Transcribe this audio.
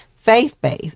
Faith-based